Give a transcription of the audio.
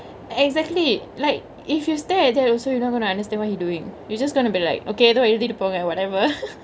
exactly like if you stare at that you also not goingk to understand what he doingk you just goingk to be like okay ready to forget whatever